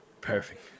Perfect